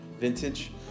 vintage